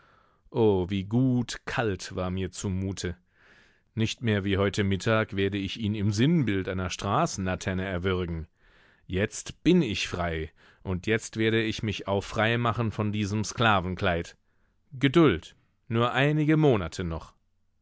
o wie gut kalt war mir zumute nicht mehr wie heute mittag werde ich ihn im sinnbild einer straßenlaterne erwürgen jetzt bin ich frei und jetzt werde ich mich auch frei machen von diesem sklavenkleid geduld nur einige monate noch